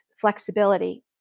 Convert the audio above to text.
flexibility